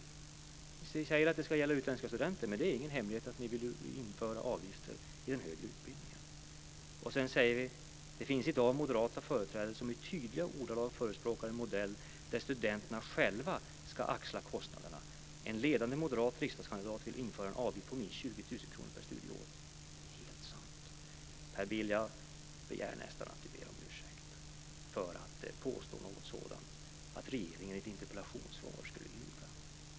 Ni säger att det ska gälla utländska studenter, men det är ingen hemlighet att ni vill införa avgifter i den högre utbildningen. Sedan säger jag att det i dag finns moderata företrädare som i tydliga ordalag förespråkar en modell där studenterna själva ska axla kostnaderna. En ledande moderat riksdagskandidat vill införa en avgift på minst 20 000 kr per studieår. Det är helt sant. Jag begär nästan att Per Bill ber om ursäkt för att han påstår att regeringen skulle ljuga i ett interpellationssvar.